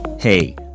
Hey